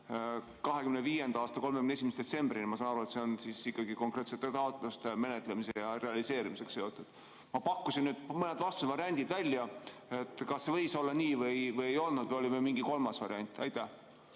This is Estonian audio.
2025. aasta 31. detsembrini, ma saan aru, on ikkagi konkreetsete taotluste menetlemise ja realiseerimisega seotud. Ma pakkusin mõned vastusevariandid välja. Kas võis olla nii või ei olnud või oli veel mingi kolmas variant? Aitäh!